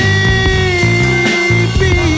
Baby